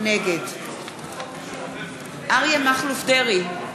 נגד אריה מכלוף דרעי,